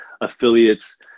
affiliates